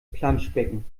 planschbecken